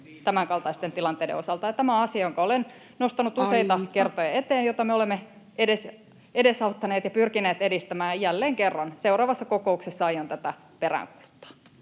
tämänkaltaisten tilanteiden osalta. Tämä on asia, jonka olen nostanut useita kertoja eteen [Puhemies: Aika!] ja jota me olemme edesauttaneet ja pyrkineet edistämään, ja jälleen kerran seuraavassa kokouksessa aion tätä peräänkuuluttaa.